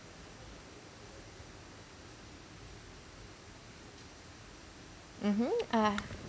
mmhmm uh